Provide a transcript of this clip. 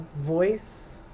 voice